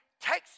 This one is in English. takes